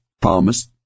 promise